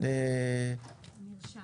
-- זה מרשם.